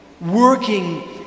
working